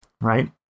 right